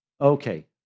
Okay